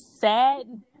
sad